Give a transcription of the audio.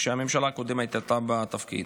כשהממשלה הקודמת הייתה בתפקיד.